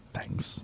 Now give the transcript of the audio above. Thanks